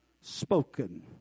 spoken